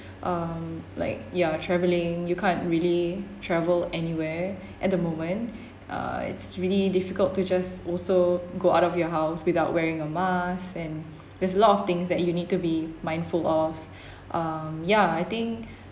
um like ya traveling you can't really travel anywhere at the moment err it's really difficult to just also go out of your house without wearing a mask and there's a lot of things that you need to be mindful of um ya I think